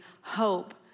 hope